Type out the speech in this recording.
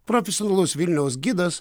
profesionalus vilniaus gidas